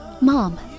Mom